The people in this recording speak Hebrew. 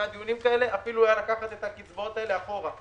דיונים כאלה לקחת את הקצבאות האלה אחורה.